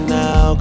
now